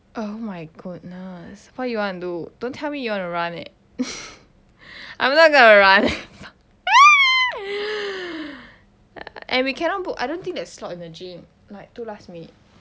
oh my goodness what you want to do don't tell me you want to run eh I'm not going to run fuck and we cannot book I don't think there's slot in the gym like too last minute